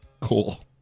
Cool